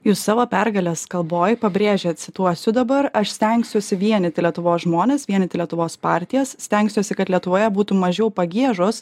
jūs savo pergalės kalboj pabrėžėt cituosiu dabar aš stengsiuosi vienyti lietuvos žmones vienyti lietuvos partijas stengsiuosi kad lietuvoje būtų mažiau pagiežos